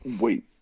Wait